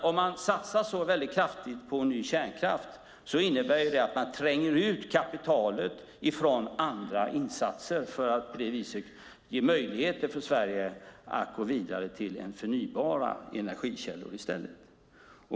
Om man satsar så väldigt kraftigt på ny kärnkraft innebär det nämligen att man tränger ut kapitalet från andra insatser för att ge möjligheter för Sverige att gå vidare till förnybara energikällor i stället.